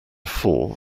four